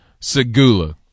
Segula